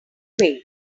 way